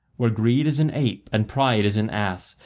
where greed is an ape and pride is an ass,